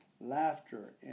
laughter